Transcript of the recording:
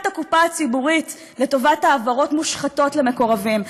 הקופה הציבורית לטובת העברות מושחתות למקורבים.